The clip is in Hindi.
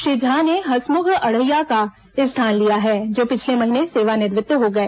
श्री झा ने हंसमुख अढिया का स्थान लिया है जो पिछले महीने सेवानिवृत्त हो गए